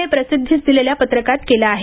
ने प्रसिद्धीस दिलेल्या पत्रकात केला आहे